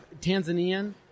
Tanzanian